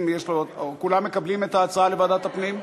יש לו עוד, כולם מקבלים את ההצעה לוועדת הפנים?